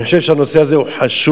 אני חושב שהנושא הזה חשוב,